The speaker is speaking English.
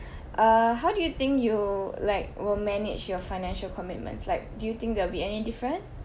uh how do you think you like will manage your financial commitments like do you think there'll be any different